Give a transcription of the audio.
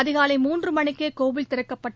அதிகாலை மூன்று மணிக்கே கோவில் திறக்கப்பட்டு